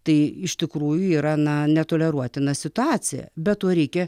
tai iš tikrųjų yra na netoleruotina situacija be to reikia